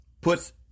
puts